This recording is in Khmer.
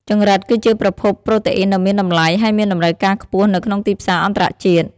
ចង្រិតគឺជាប្រភពប្រូតេអ៊ីនដ៏មានតម្លៃ ហើយមានតម្រូវការខ្ពស់នៅក្នុងទីផ្សារអន្តរជាតិ។